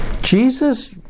Jesus